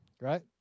Right